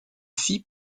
fit